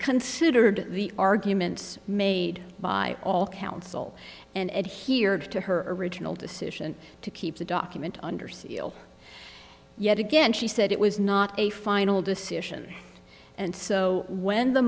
considered the arguments made by all counsel and here to her original decision to keep the document under seal yet again she said it was not a final decision and so when the